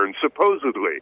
supposedly